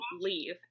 leave